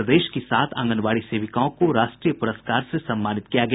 प्रदेश की सात आंगनबाड़ी सेविकाओं को राष्ट्रीय पुरस्कार से सम्मानित किया गया